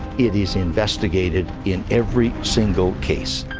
it is investigated in every single case.